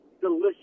delicious